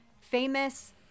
famous